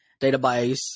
database